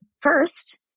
First